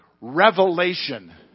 revelation